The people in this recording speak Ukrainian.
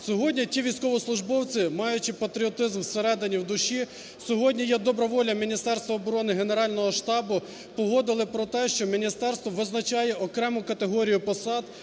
Сьогодні ті військовослужбовці, маючи патріотизм всередині, в душі, сьогодні є добра воля Міністерства оборони, Генерального штабу, погодили про те, що міністерство визначає окрему категорію посад,